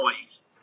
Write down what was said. noise